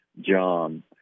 John